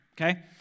Okay